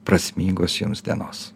prasmingos jums dienos